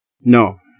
No